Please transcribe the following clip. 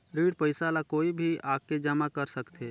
ऋण पईसा ला कोई भी आके जमा कर सकथे?